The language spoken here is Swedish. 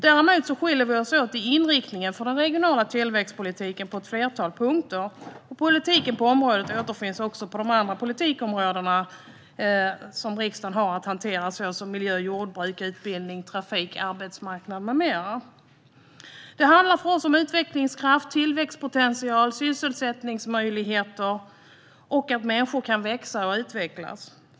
Däremot skiljer vi oss åt i inriktningen för den regionala tillväxtpolitiken på ett flertal punkter, och politiken på området återfinns också i de andra politikområden som riksdagen har att hantera, såsom miljö och jordbruk, utbildning, trafik, arbetsmarknad med flera. För oss handlar det om utvecklingskraft, tillväxtpotential, sysselsättningsmöjligheter och att människor kan växa och utvecklas.